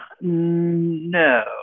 No